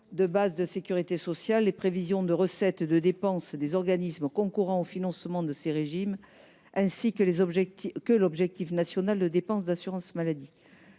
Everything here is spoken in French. de base de sécurité sociale, les prévisions de recettes et de dépenses des organismes concourant au financement de ces régimes ainsi que l’objectif national de dépenses d’assurance maladie.